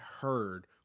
heard